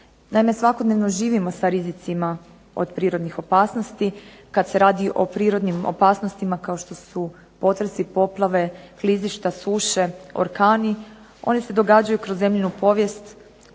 svakodnevno živimo sa rizicima od prirodnih opasnosti. Kad se radi o prirodnim opasnostima kao što su potresi, poplave, klizišta, suše, orkani oni se događaju kroz zemljinu povijest